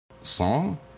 Song